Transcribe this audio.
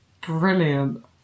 Brilliant